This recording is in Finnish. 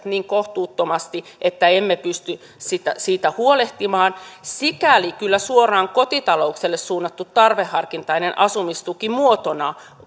niin kohtuuttomasti että emme pysty siitä huolehtimaan sikäli kyllä suoraan kotitalouksille suunnattu tarveharkintainen asumistuki muotona